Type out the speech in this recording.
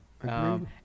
agreed